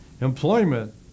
employment